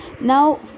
Now